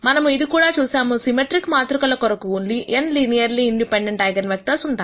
మనము ఇది కూడా చూశాము సిమెట్రిక్ మాతృక లకు n linearly independent eigenvectors ఉంటాయి